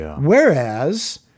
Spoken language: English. Whereas